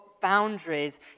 boundaries